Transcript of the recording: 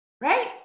right